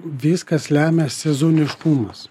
viskas lemia sezoniškumas